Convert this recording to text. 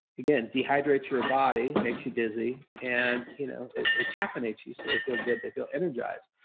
again, dehydrates your body, makes you dizzy, and you know it it caffeinates you so they feel good. they feel energized.